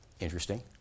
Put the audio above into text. Interesting